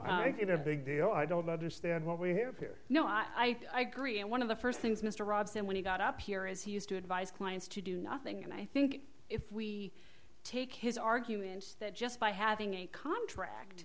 think a big deal i don't understand what we hear here no i agree and one of the first things mr robson when he got up here is he used to advise clients to do nothing and i think if we take his argument that just by having a contract